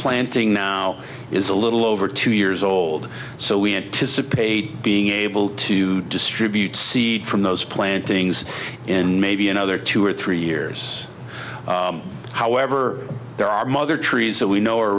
planting now is a little over two years old so we anticipate being able to distribute seed from those plantings in maybe another two or three years however there are mother trees that we know are